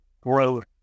growth